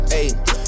ayy